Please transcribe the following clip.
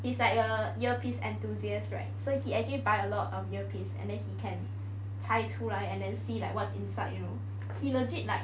he's like a ear piece enthusiast right so he actually buy a lot of ear piece and then he can 採出来 and then see like what's inside you know he legit like